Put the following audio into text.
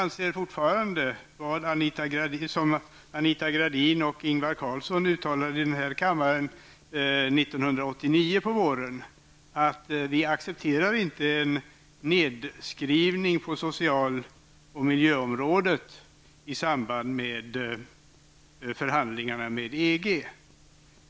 Vi har fortfarande den inställning som Anita Gradin och statsminister Ingvar Carlsson uttalade här i kammaren våren 1989, nämligen att vi inte accepterar en nedskrivning på social och miljöområdet i samband med förhandlingar med EG.